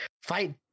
fight